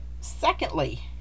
Secondly